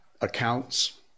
accounts